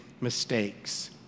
mistakes